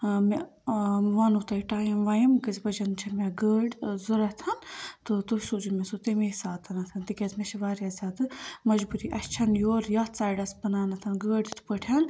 ٲں مےٚ ٲں بہٕ وَنو تۄہہِ ٹایِم وایِم کٔژِ بَجہِ چھِ مےٚ گٲڑۍ ٲں ضروٗرت تہٕ تُہۍ سوٗزِو مےٚ سۄ تَمے ساتہٕ تِکیٛازِ مےٚ چھِ واریاہ زیادٕ مجبوٗری اسہِ چھَنہٕ یورٕ یَیٚتھ سایڈَس بنان گٲڑۍ تِتھ پٲٹھۍ